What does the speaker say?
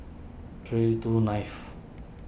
three two ninth